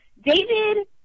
David